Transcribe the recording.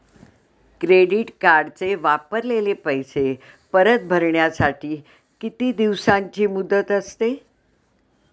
Credit कार्डचे वापरलेले पैसे परत भरण्यासाठी किती दिवसांची मुदत असते?